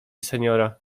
seniora